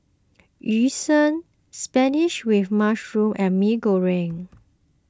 Yu Sheng Spinach with Mushroom and Mee Goreng